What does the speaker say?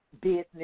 business